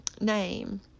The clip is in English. name